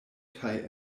kaj